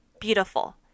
beautiful